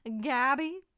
Gabby